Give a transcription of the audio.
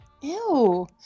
Ew